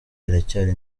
iracyari